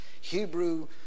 hebrew